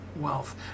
wealth